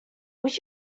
will